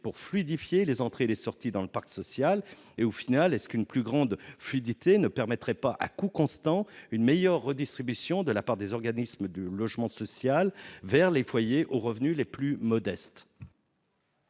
pour fluidifier les entrées et les sorties dans le parc social et au final est-ce qu'une plus grande fluidité ne permettrait pas à coût constant, une meilleure redistribution de la part des organismes de logement social vers les foyers aux revenus les plus modestes.